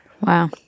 Wow